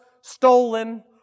stolen